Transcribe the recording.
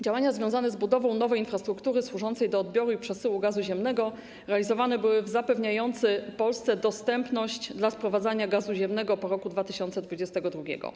Działania związane z budową nowej infrastruktury służącej do odbioru i przesyłu gazu ziemnego realizowane były w sposób zapewniający Polsce dostępność sprowadzenia gazu ziemnego po roku 2022.